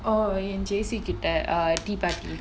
oh ஏன்:yaen chessy கிட்ட:kitta tea party